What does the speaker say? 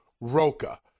Roca